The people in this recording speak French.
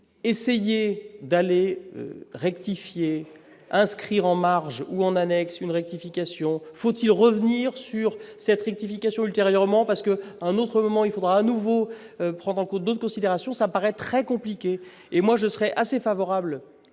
essayer d'aller rectifier inscrire en marge ou en annexe une rectification : faut-il revenir sur cette rectification ultérieurement parce que un autre moment, il faudra à nouveau prendre en cours d'autres considérations, ça paraît très compliqué et moi je serais assez favorable